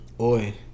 Oi